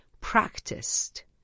practiced